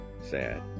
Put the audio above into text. sad